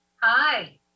Hi